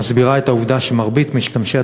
המסבירה את העובדה שמרבית משתמשי